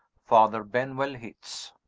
father benwell hits.